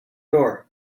door